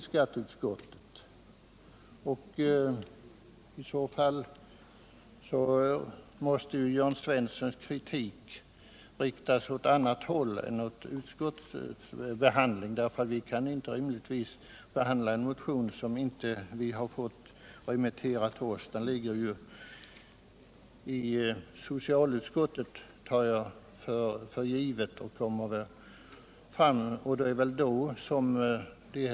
Jörn Svenssons kritik borde därför ha riktats åt annat håll och inte mot skatteutskottet — vi kan ju rimligen inte behandla en motion som inte remitterats till oss. Jag tar för givet att den kommunistiska motionen ligger hos socialutskottet.